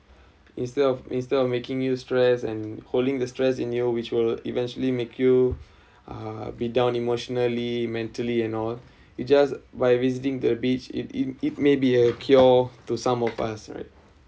instead of instead of making you stress and holding the stress in your which world eventually make you uh be down emotionally mentally and all it just by visiting the beach it in it may be a cure to some of us right